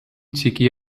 txiki